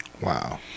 Wow